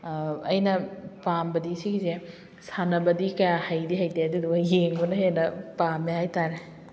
ꯑꯩꯅ ꯄꯥꯝꯕꯗꯤ ꯁꯤꯒꯤꯁꯦ ꯁꯥꯟꯅꯕꯗꯤ ꯀꯌꯥ ꯍꯩꯗꯤ ꯍꯩꯇꯦ ꯑꯗꯨꯗꯨꯒ ꯌꯦꯡꯕꯅ ꯍꯦꯟꯅ ꯄꯥꯝꯃꯦ ꯍꯥꯏꯇꯥꯔꯦ